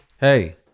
hey